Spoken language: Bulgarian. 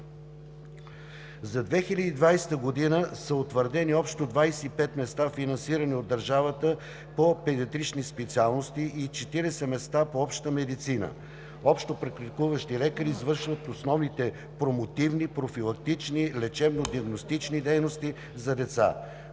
За 2020 г. са утвърдени общо 25 места, финансирани от държавата, по педиатрични специалности и 40 места по обща медицина. Общопрактикуващите лекари извършват основните промотивно-профилактични и лечебно-диагностични дейности за деца.